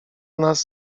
nas